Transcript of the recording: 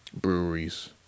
breweries